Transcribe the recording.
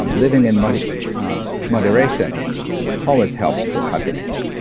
um living in but moderation always helps with happiness.